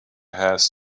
has